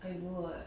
I do [what]